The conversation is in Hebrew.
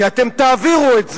כי אתם תעבירו את זה.